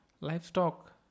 Livestock